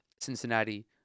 Cincinnati